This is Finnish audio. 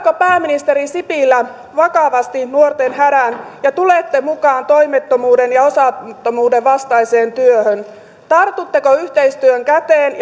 pääministeri sipilä vakavasti nuorten hädän ja tulette mukaan toimettomuuden ja osattomuuden vastaiseen työhön tartutteko yhteistyön käteen